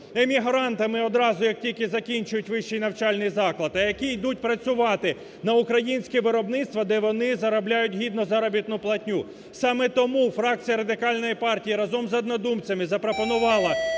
емігрантами одразу, як тільки закінчать вищий навчальний заклад, а які йдуть працювати на українське виробництво, де вони заробляють гідну заробітну платню. Саме тому фракція Радикальної партії разом з однодумцями запропонувала